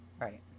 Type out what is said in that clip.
Right